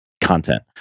content